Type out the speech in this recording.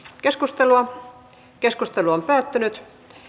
keskustelua keskustelu on päättynyt